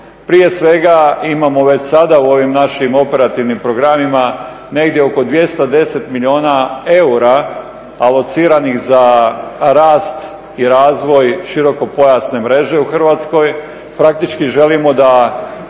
Prije svega imamo već sada u ovim mašim operativnim programima negdje oko 210 milijuna eura alociranih za rast i razvoj široko-pojasne mreže u Hrvatskoj.